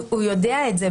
הוא יודע את זה.